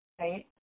right